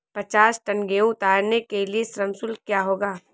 पचास टन गेहूँ उतारने के लिए श्रम शुल्क क्या होगा?